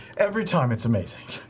every time it's amazing.